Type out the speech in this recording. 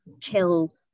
kill